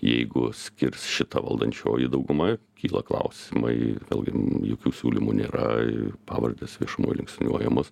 jeigu skirs šita valdančioji dauguma kyla klausimai vėlgi jokių siūlymų nėra ir pavardės viešumoj linksniuojamos